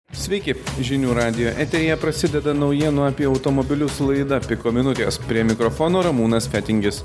sveiki žinių radijo eteryje prasideda naujienų apie automobilius laida piko minutės prie mikrofono ramūnas fetingis